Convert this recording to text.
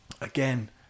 again